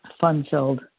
fun-filled